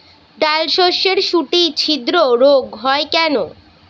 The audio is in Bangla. ডালশস্যর শুটি ছিদ্র রোগ হয় কেন?